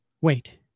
Wait